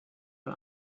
von